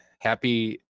Happy